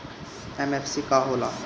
MFC का होला?